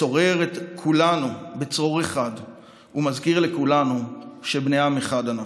צורר את כולנו בצרור אחד ומזכיר לכולנו שבני עם אחד אנחנו.